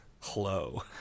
Hello